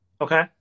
Okay